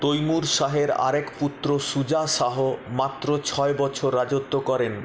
তৈমুর শাহের আরেক পুত্র সুজা শাহ মাত্র ছয় বছর রাজত্ব করেন